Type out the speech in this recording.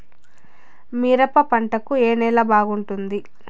మిరప పంట కు ఏ నేల బాగుంటుంది?